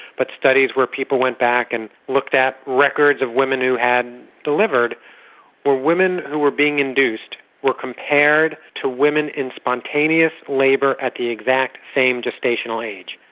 but studies where people went back and looked at records of women who had delivered where women who were being induced were compared to women in spontaneous labour at the exact same gestational age.